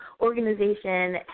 Organization